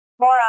more